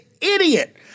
idiot